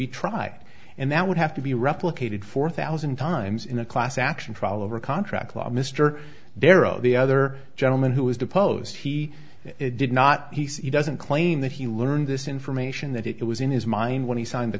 be tried and that would have to be replicated four thousand times in a class action trial over a contract law mr darrow the other gentleman who was deposed he did not he doesn't claim that he learned this information that it was in his mind when he signed